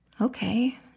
Okay